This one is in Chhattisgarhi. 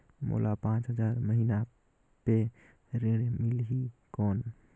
मोला पांच हजार महीना पे ऋण मिलही कौन?